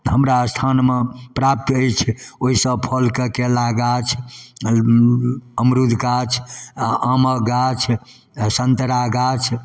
हमरा स्थानमे प्राप्त अछि ओहिसब फलके केला गाछ अमरूद गाछ आओर आमके गाछ सन्तरा गाछ